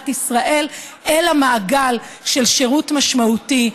ישראל אל המעגל של שירות משמעותי,